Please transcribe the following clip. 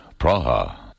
Praha